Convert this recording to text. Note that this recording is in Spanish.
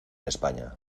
españa